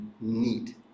need